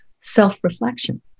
self-reflection